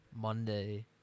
Monday